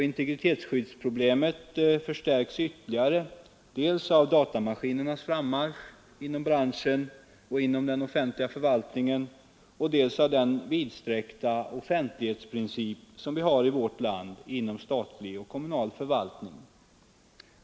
Integritetsskyddsproblemet förstärks ytterligare dels av datamaskinernas frammarsch inom branschen och inom den offentliga förvaltningen, dels av den vidsträckta offentlighetsprincip som vi har i vårt land inom statlig och kommunal förvaltning.